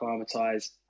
acclimatise